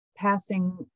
Passing